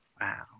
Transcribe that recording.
Wow